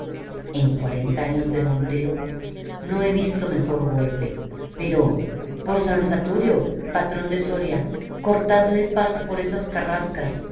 en cuarenta años de montero no he visto mejor golpe pero por san saturio patrón de soria cortadle el paso por esas carrascas